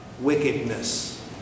wickedness